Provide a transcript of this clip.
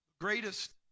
greatest